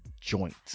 joint